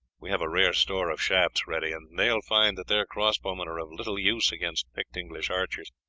we have a rare store of shafts ready, and they will find that their cross-bowmen are of little use against picked english archers,